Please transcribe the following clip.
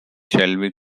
shelby